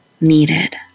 needed